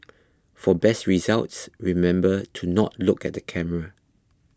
for best results remember to not look at the camera